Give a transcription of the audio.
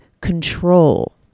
control